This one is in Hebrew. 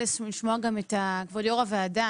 כבוד יו"ר הוועדה,